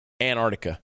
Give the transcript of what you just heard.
Antarctica